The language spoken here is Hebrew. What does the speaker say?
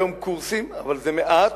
אבל זה מעט,